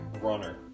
runner